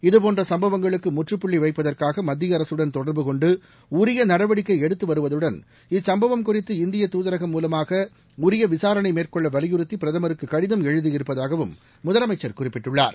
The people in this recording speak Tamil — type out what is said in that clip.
இதுபோன்ற சும்பவங்களுக்கு முற்றுப்புள்ளி வைப்பதற்காக மத்திய அரசுடன் தொடர்பு கொண்டு உரிய நடவடிக்கை எடுத்து வருவதுடன் இச்சம்பவம் குறித்து இந்திய துதரகம் மூலமாக உரிய விசாரணை மேற்கொள்ள வலியுறுத்தி பிரதமருக்கு கடிதம் எழுதியிருப்பதாகவும் முதலமைச்சர் குறிப்பிட்டுள்ளார்